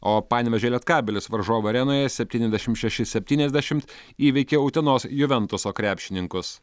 o panevėžio lietkabelis varžovų arenoje septyniasdešim šeši septyniasdešimt įveikė utenos juventuso krepšininkus